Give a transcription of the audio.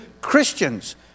Christians